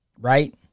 right